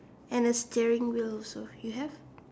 and a steering wheel also you have